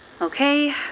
Okay